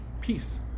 peace